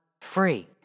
free